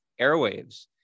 airwaves